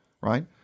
right